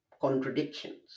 contradictions